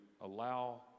allow